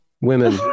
women